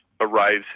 arrives